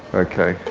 okay,